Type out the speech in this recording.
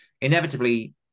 Inevitably